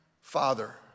Father